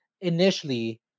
initially